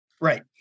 Right